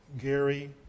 Gary